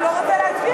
הוא לא רוצה להצביע,